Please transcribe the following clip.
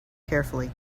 carefully